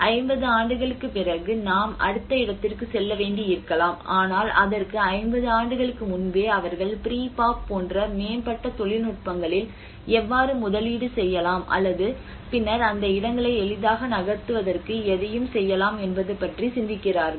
50 ஆண்டுகளுக்குப் பிறகு நாம் அடுத்த இடத்திற்கு செல்ல வேண்டியிருக்கலாம் ஆனால் அதற்கு 50 ஆண்டுகளுக்கு முன்பே அவர்கள் ப்ரீபாப் போன்ற மேம்பட்ட தொழில்நுட்பங்களில் எவ்வாறு முதலீடு செய்யலாம் அல்லது பின்னர் அந்த இடங்களை எளிதாக நகர்த்துவதற்கு எதையும் செய்யலாம் என்பது பற்றி சிந்திக்கிறார்கள்